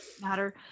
matter